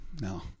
No